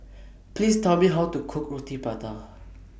Please Tell Me How to Cook Roti Prata